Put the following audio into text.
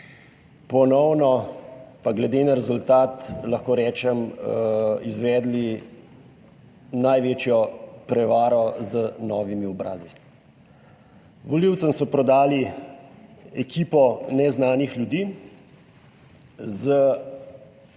ponovno, pa glede na rezultat, lahko rečem, izvedli največjo prevaro z novimi obrazi. Volivcem so prodali ekipo neznanih ljudi